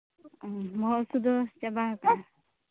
ᱚ ᱵᱚᱦᱚᱜ ᱦᱟᱹᱥᱩ ᱫᱚ ᱪᱟᱵᱟ ᱦᱟᱠᱟᱱᱟ